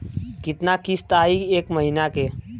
कितना किस्त आई एक महीना के?